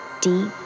deep